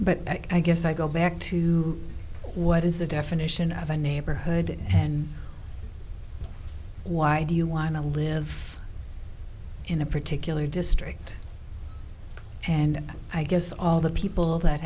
but i guess i go back to what is the definition of a neighborhood and why do you want to live in a particular district and i guess all the people that